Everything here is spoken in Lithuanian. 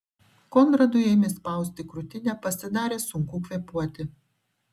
konradui ėmė spausti krūtinę pasidarė sunku kvėpuoti